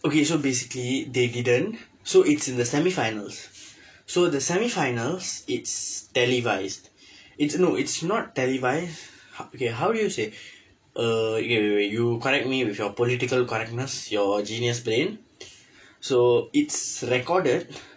okay so basically they didn't so it's in the semi finals so the semi finals it's telecast it's no it's not televise ho~ okay how do you say uh wait wait wait you correct me with your political correctness your genius brain so it's recorded